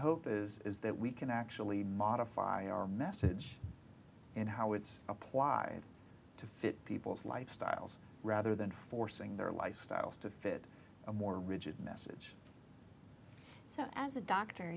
hope is is that we can actually modify our message in how it's applied to fit people's lifestyles rather than forcing their lifestyles to fit a more rigid message so as a doctor